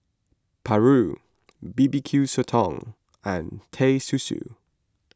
Paru B B Q Sotong and Teh Susu